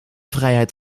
vrijheid